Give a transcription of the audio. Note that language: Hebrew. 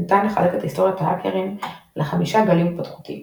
ניתן לחלק את היסטוריית ההאקרים לחמישה גלים התפתחותיים